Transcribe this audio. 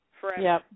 forever